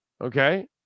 okay